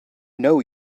know